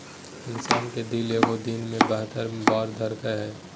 इंसान के दिल एगो दिन मे बहत्तर बार धरकय हइ